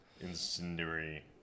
incendiary